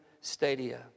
stadia